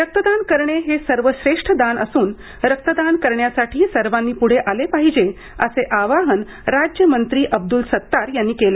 रक्तदान करणे हे सर्वश्रेष्ठ दान असून रक्तदान करण्यासाठी सर्वांनी पुढे आले पाहिजे असे आवाहन राज्यमंत्री अब्दुल सत्तार यांनी आज केलं